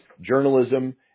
journalism